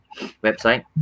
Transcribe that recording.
website